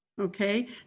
okay